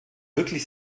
wirklich